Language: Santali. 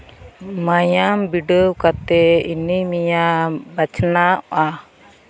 ᱢᱟᱭᱟᱢ ᱵᱤᱰᱟᱹᱣ ᱠᱟᱛᱮᱫ ᱮᱱᱤᱢᱤᱭᱟ ᱵᱟᱪᱷᱱᱟᱣᱚᱜᱼᱟ